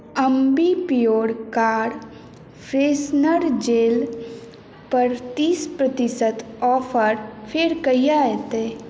Ambi Pur car freshener जेलपर तीस प्रतिशत ऑफर फेर कहिया एतै